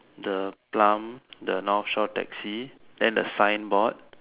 the plum the North shore taxi then the sign board